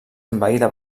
envaïda